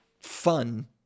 fun